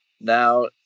Now